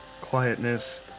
quietness